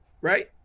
Right